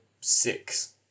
six